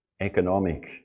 economic